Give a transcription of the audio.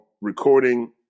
Recording